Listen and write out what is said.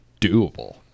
doable